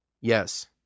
yes